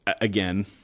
Again